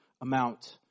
amount